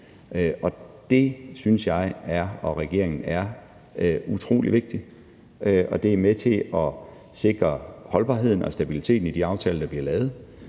Det synes jeg og regeringen er utrolig vigtigt, og det er med til at sikre holdbarheden og stabiliteten i de aftaler, der bliver lavet.